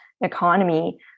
economy